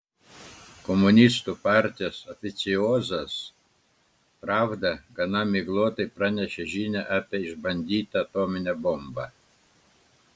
komunistų partijos oficiozas pravda gana miglotai pranešė žinią apie išbandytą atominę bombą